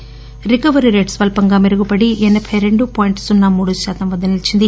దీంతో recovery rate స్వల్సంగా మెరుగుపడి ఎనబై రెండు పాయింట్ సున్న మూడు శాతం వద్ద నిలిచింది